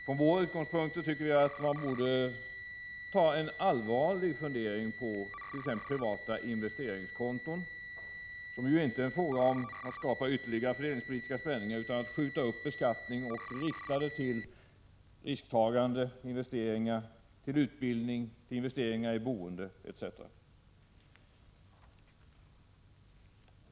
Från vår utgångspunkt anser vi att man borde ta en allvarlig funderare på t.ex. privata investeringskonton, som ju inte är en fråga om att skapa ytterligare fördelningspolitiska spänningar utan syftar till att skjuta upp beskattning och rikta investeringarna till risktagande i företag, till utbildning, till investeringar i boende etc.